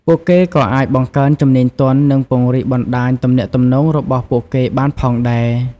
ពួកគេក៏អាចបង្កើនជំនាញទន់ និងពង្រីកបណ្ដាញទំនាក់ទំនងរបស់ពួកគេបានផងដែរ។